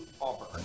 Auburn